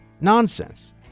nonsense